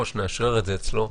1(2),